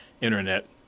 internet